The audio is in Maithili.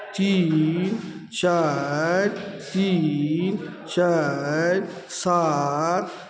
तीन चारि तीन चारि सात